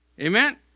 Amen